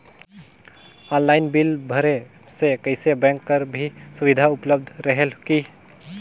Online bill भरे से कइसे बैंक कर भी सुविधा उपलब्ध रेहेल की?